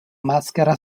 maschera